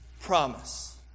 promise